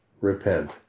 Repent